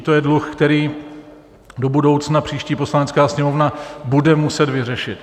I to je dluh, který do budoucna příští Poslanecká sněmovna bude muset vyřešit.